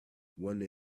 wonder